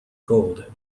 gold